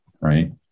right